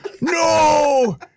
No